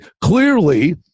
clearly